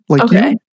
Okay